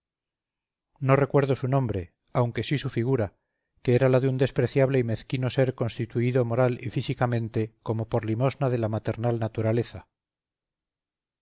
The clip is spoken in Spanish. no recuerdo su nombre aunque sí su figura que era la de un despreciable y mezquino ser constituido moral y físicamente como por limosna de la maternal naturaleza